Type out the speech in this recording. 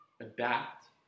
adapt